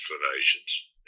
explanations